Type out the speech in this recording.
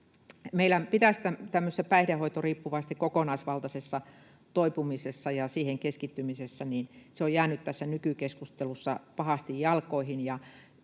on läpinäkyvä. Päihdehoitoriippuvaisten kokonaisvaltainen toipuminen ja siihen keskittyminen on jäänyt tässä nykykeskustelussa pahasti jalkoihin,